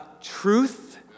truth